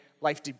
Life